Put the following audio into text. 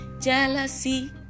jealousy